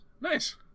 Nice